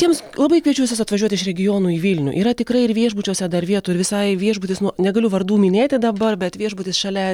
tiems labai kviečiu visus atvažiuot iš regionų į vilnių yra tikrai ir viešbučiuose dar vietų ir visai viešbutis nuo negaliu vardų minėti dabar bet viešbutis šalia